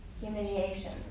humiliation